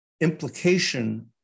implication